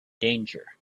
danger